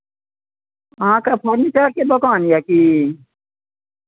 अहाँके फर्नीचरके दोकान यए की